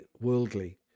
worldly